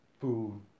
food